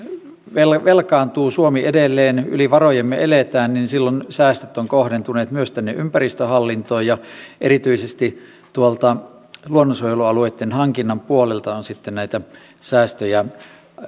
suomi velkaantuu edelleen yli varojemme me elämme niin silloin säästöt ovat kohdentuneet myös tänne ympäristöhallintoon ja erityisesti tuolta luonnonsuojelualueitten hankinnan puolelta on sitten näitä säästöjä